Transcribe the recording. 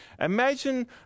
Imagine